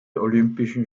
olympischen